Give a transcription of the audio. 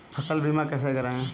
फसल बीमा कैसे कराएँ?